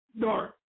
dark